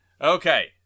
Okay